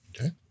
Okay